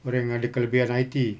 orang yang ada kelebihan I_T